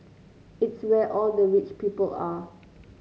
it's where all the rich people are